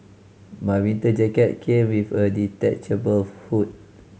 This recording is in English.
my winter jacket came with a detachable hood